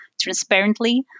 transparently